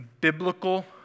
biblical